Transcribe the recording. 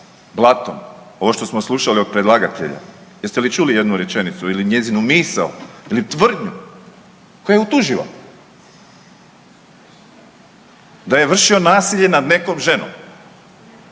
blato, ovo što smo slušali od predlagatelja. Jeste li čuli ijednu rečenicu ili njezinu misao ili tvrdnju koja je utuživa da je vršio nasilje nad nekom ženom?